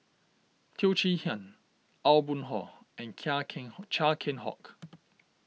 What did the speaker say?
Teo Chee Hean Aw Boon Haw and Keng Hock Chia Keng Hock